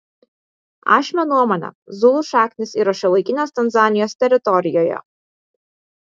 ašmio nuomone zulų šaknys yra šiuolaikinės tanzanijos teritorijoje